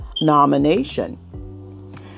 nomination